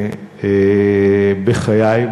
בחיי.